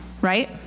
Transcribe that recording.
right